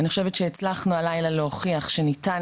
אני חושבת שהצלחנו הלילה להוכיח שניתן